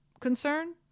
concern